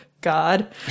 God